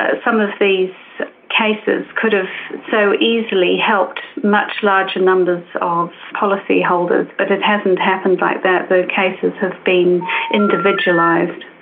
ah some of these cases could have so easily helped much larger numbers of um policyholders, but it hasn't happened like that. the cases have been individualised.